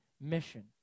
mission